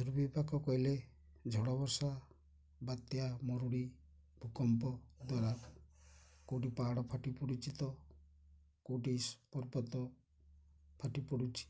ଦୁର୍ବିପାକ କହିଲେ ଝଡ଼ ବର୍ଷା ବାତ୍ୟା ମରୁଡ଼ି ଭୂକମ୍ପ ଦ୍ୱାରା କେଉଁଠି ପାହାଡ଼ ଫାଟି ପଡ଼ୁଛି ତ କେଉଁଠି ପର୍ବତ ଫାଟି ପଡ଼ୁଛି